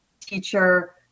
teacher